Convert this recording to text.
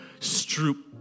Stroop